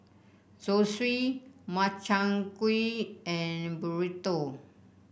Zosui Makchang Gui and Burrito